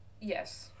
Yes